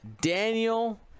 daniel